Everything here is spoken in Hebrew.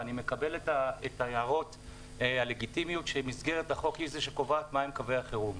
ואני מקבל את ההערות הלגיטימיות שמסגרת החוק קובעת מהם קווי החירום.